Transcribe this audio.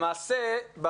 למעשה,